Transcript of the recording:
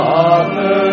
Father